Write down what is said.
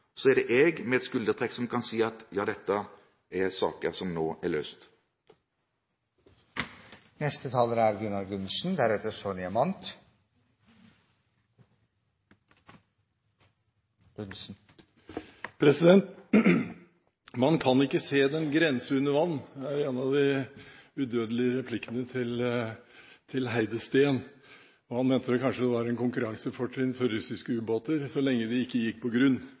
er det jeg som med et skuldertrekk kan si at ja, dette er saker som nå er løst. «Men vi kan jo ikke se den grense under vann» er en av de udødelige replikkene til Heide-Steen jr., og han mente kanskje at det var et konkurransefortrinn for russiske u-båter så lenge de ikke gikk på grunn.